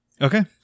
Okay